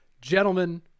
Gentlemen